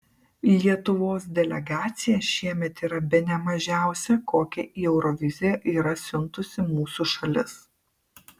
lietuvos delegacija šiemet yra bene mažiausia kokią į euroviziją yra siuntusi mūsų šalis